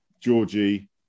Georgie